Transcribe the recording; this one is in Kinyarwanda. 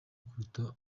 kuruta